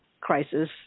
crisis